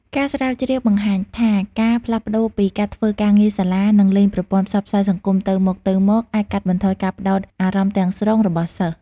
ការស្រាវជ្រាវបង្ហាញថាការផ្លាស់ប្តូរពីការធ្វើការងារសាលា និងលេងប្រព័ន្ធផ្សព្វផ្សាយសង្គមទៅមកៗ អាចកាត់បន្ថយការផ្តោតអារម្មណ៍ទាំងស្រុងរបស់សិស្ស។